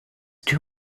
too